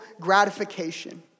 gratification